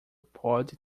pode